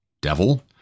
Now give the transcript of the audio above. devil